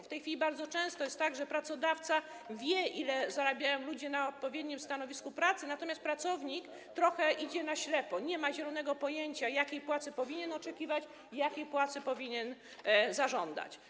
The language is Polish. W tej chwili bardzo często jest tak, że pracodawca wie, ile zarabiają ludzie na odpowiednim stanowisku pracy, natomiast pracownik trochę idzie na ślepo, nie ma zielonego pojęcia, jakiej płacy powinien oczekiwać i jakiej płacy powinien zażądać.